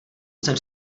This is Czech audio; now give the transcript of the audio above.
jsem